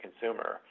consumer